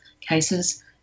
cases